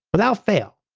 without fail,